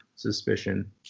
suspicion